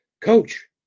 Coach